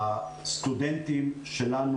לגבי הסטודנטים שלנו